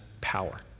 power